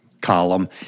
column